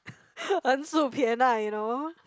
横竖撇捺：heng shu pie na you know